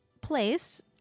place